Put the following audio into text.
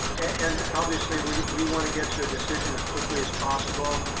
and obviously, we we wanna get to a decision as quickly as possible.